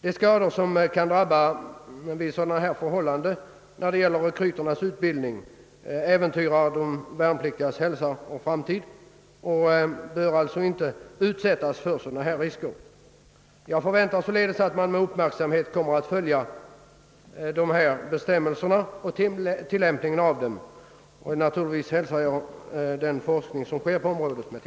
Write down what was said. De skador som kan drabba rekryterna vid dylik utbildning äventyrar deras hälsa och framtid, och de värnpliktiga bör alltså inte utsättas för sådana risker. Jag förväntar således att man med uppmärksamhet kommer att följa dessa bestämmelsers tillämpning, och naturligtvis hälsar jag med tillfredsställelse den forskning som sker på området.